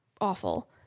awful